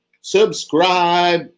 subscribe